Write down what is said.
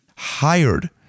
hired